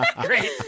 great